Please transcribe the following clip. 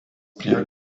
prie